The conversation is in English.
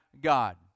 God